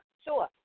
sure